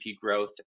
growth